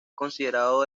considerado